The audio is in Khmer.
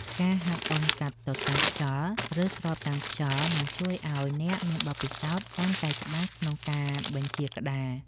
ការហាត់អុំកាត់ទទឹងខ្យល់ ឬស្របតាមខ្យល់ នឹងជួយឱ្យអ្នកមានបទពិសោធន៍កាន់តែច្បាស់ក្នុងការបញ្ជាក្តារ។